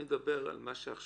אני מדבר על מה שעכשיו.